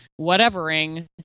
whatevering